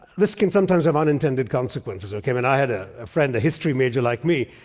this can sometimes have unintended consequences. ok. and i had ah a friend, a history major like me,